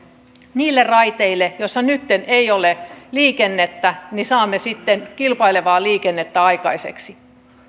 niille raiteille joissa nytten ei ole liikennettä sitten kilpailevaa liikennettä aikaiseksi